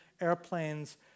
airplanes